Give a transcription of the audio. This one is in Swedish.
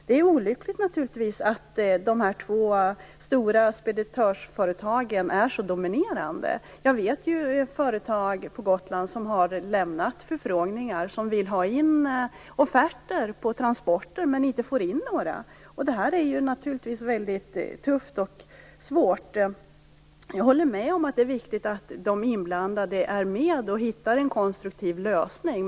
Det är naturligtvis olyckligt att de två stora speditörsföretagen är så dominerande. Jag vet företag på Gotland som har lämnat förfrågningar och som vill ha in offerter på transporter, men som inte får in några. Det är naturligtvis mycket tufft och svårt. Jag håller med om att det är viktigt att de inblandade är med och hittar en konstruktiv lösning.